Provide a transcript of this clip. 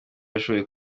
yashoboye